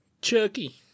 Chucky